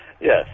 Yes